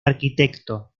arquitecto